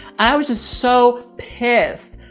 i was just so pissed.